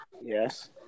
Yes